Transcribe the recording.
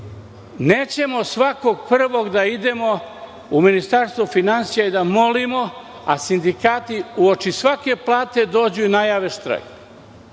nećemo svakog prvog da idemo u Ministarstvo finansija i da molimo, a sindikati uoči svake plate dođu i najave štrajk.